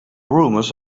rumors